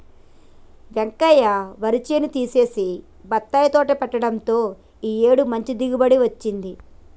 వెంకయ్య వరి చేను తీసేసి బత్తాయి తోట పెట్టడంతో ఈ ఏడు మంచి దిగుబడి వచ్చింది